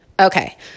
Okay